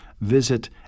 Visit